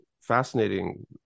fascinating